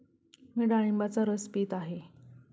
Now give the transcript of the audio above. मी डाळिंबाचा रस पीत आहे